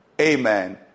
Amen